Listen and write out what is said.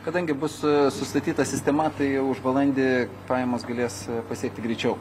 kadangi bus sustatyta sistema tai jau už balandį pajamos galės pasiekti greičiau